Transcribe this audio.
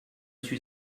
suis